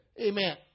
Amen